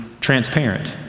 transparent